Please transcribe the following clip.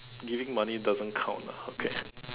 giving money doesn't count lah okay